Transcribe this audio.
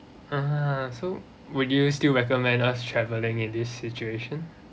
(uh huh) so would you still recommend us travelling in this situation